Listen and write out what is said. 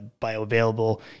bioavailable